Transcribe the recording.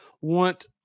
want